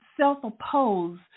self-oppose